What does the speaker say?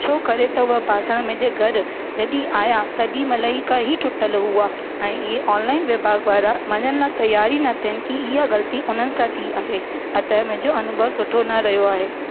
छो करे त उहा बासण मुंहिंजे घरि जॾहिं आया तेॾी महिल खां ई टुटल हुआ ऐं इयं ऑनलाइन विभाॻ वारा मञण लाइ तैयार ई न थियनि की इहा ग़लती उन्हनि सां थी आहे त मुंहिंजो अनुभव सुठो न रहियो आहे